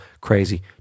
Crazy